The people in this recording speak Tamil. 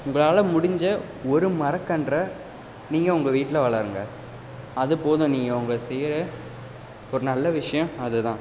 உங்களால் முடிஞ்ச ஒரு மரக்கன்றை நீங்கள் உங்கள் வீட்டில வளருங்கள் அது போதும் நீங்கள் அவங்க செய்யிற ஒரு நல்ல விஷயம் அதுதான்